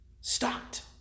stopped